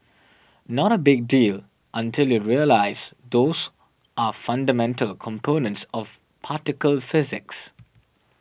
not a big deal until you realise those are fundamental components of particle physics